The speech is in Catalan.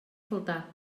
faltar